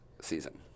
season